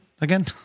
again